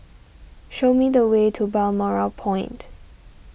show me the way to Balmoral Point